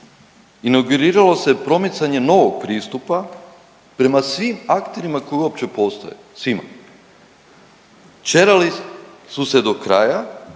Inauguriralo se promicanje novog pristupa prema svim akterima koji uopće postoje, svima. Ćerali su se do kraja